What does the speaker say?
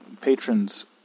patrons